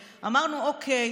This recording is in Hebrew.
אמרנו: אוקיי,